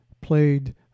played